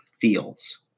feels